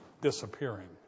disappearing